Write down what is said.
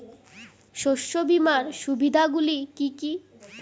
শস্য বিমার সুবিধাগুলি কি কি?